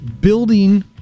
building